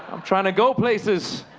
i'm trying to go places.